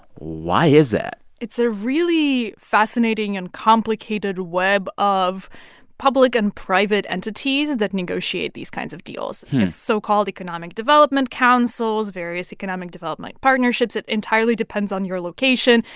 why is that? it's a really fascinating and complicated web of public and private entities that negotiate these kinds of deals. it's so-called economic development councils, various economic development partnerships. it entirely depends on your location.